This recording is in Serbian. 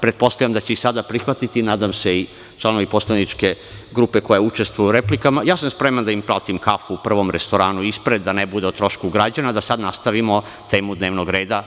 Pretpostavljam da će i sada prihvatiti, nadam se i članovi poslaničke grupe koja učestvuje u replikama i ja sam spreman da im platim kafu u prvom restoranu ispred, da ne bude o trošku građana, da sada nastavimo temu dnevnog reda.